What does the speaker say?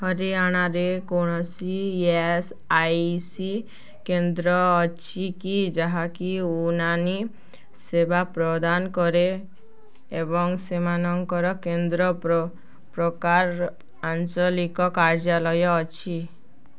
ହରିୟାଣାରେ କୌଣସି E S I C କେନ୍ଦ୍ର ଅଛି କି ଯାହାକି ଉନାନି ସେବା ପ୍ରଦାନ କରେ ଏବଂ ସେମାନଙ୍କର କେନ୍ଦ୍ର ପ୍ର ପ୍ରକାର ଆଞ୍ଚଳିକ କାର୍ଯ୍ୟାଳୟ ଅଛି